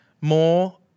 more